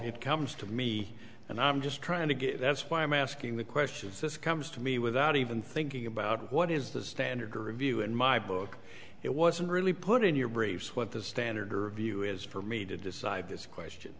it comes to me and i'm just trying to get that's why i'm asking the questions this comes to me without even thinking about what is the standard or review in my book it wasn't really put in your briefs what the standard view is for me to decide this question